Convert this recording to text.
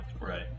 Right